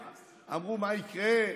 אמרו: מה יקרה?